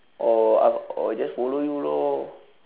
or I I will just follow you lor